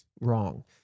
wrong